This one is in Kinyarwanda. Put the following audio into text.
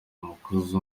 umukozi